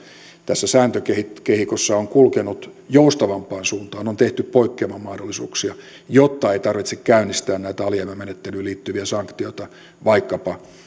tässä sääntökehikossa on kulkenut joustavampaan suuntaan on tehty poikkeamamahdollisuuksia jotta ei tarvitse käynnistää alijäämämenettelyyn liittyviä sanktioita vaikkapa